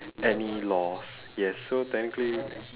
any laws yes so technically